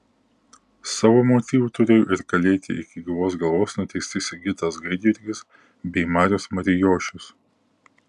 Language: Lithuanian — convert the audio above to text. savo motyvų turėjo ir kalėti iki gyvos galvos nuteisti sigitas gaidjurgis bei marius marijošius